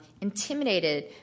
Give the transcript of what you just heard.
intimidated